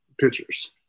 pictures